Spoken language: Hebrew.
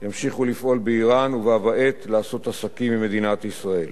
ימשיכו לפעול באירן ובה בעת לעשות עסקים עם מדינת ישראל.